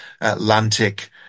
Atlantic